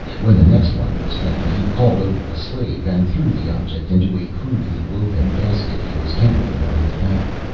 when the next one was found he called over a slave and threw the object into a crudely woven basket he was carrying on his back.